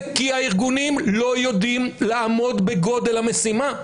כי הארגונים לא יודעים לעמוד בגודל המשימה.